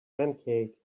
pancake